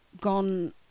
gone